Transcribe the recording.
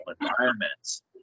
environments